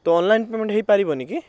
ତ online payment ହେଇପାରିବନି କି